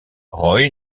roy